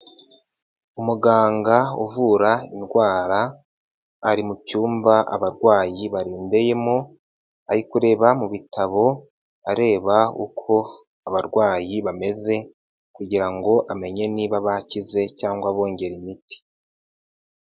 Umuganga uvura indwara ari mu cyumba abarwayi barembeyemo ari kureba mu bitabo areba uko abarwayi bameze kugira ngo amenye niba bakize cyangwa abongera imiti.